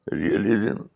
realism